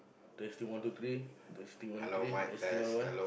testing one two three testing one two three testing one one